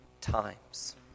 times